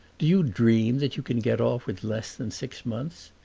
do you dream that you can get off with less than six months?